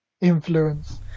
influence